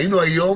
היינו היום